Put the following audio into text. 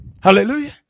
Hallelujah